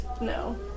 no